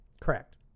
Correct